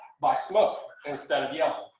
by smoke, instead of yelling,